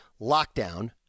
lockdown